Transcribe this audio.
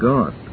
God